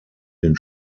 den